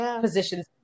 positions